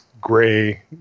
gray